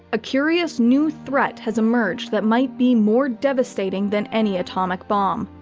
a curious new threat has emerged that might be more devastating than any atomic bomb.